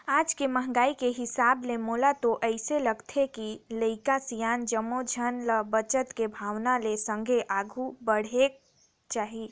आज के महंगाई के हिसाब ले मोला तो अइसे लागथे के लरिका, सियान जम्मो झन ल बचत के भावना ले संघे आघु बढ़ेक चाही